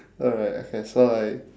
alright okay so like